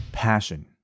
passion